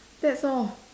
that's all